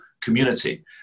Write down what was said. community